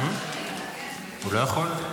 הוא לא יכול?